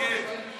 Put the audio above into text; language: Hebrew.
אני מבקש להתנגד.